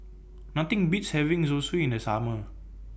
Nothing Beats having Zosui in The Summer